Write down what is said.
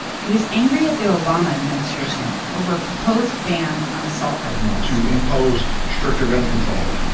he was angry at the obama administration over proposed ban on assault rifles, to impose stricter gun control.